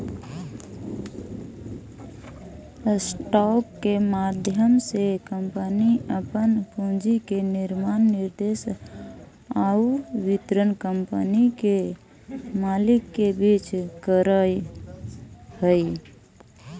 stock के माध्यम से कंपनी अपन पूंजी के निर्माण निवेश आउ वितरण कंपनी के मालिक के बीच करऽ हइ